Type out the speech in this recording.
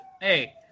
hey